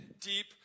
deep